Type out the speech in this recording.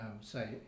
say